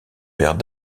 père